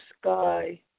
sky